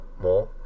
more